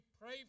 pray